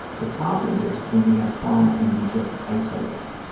the problem is when we have trauma and we just isolate.